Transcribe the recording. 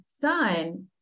son